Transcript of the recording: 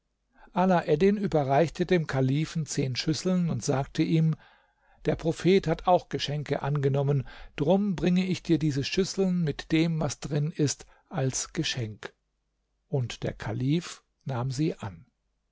ala eddin überreichte dem kalifen zehn schüsseln und sagte ihm der prophet hat auch geschenke angenommen drum bringe ich dir diese schüsseln mit dem was drin ist als geschenk und der kalif nahm sie an